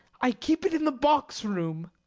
i keep it in the box room.